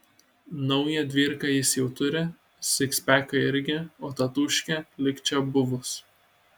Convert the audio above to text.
naują dvyrką jis jau turi sikspeką irgi o tatūškė lyg čia buvus